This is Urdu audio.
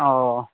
اوہ